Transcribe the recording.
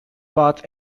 path